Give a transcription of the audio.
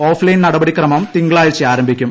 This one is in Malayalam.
ഓഫ് ലൈൻ നടപടിക്രമം തിങ്കളാഴ്ച ആരംഭിക്കും